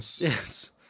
Yes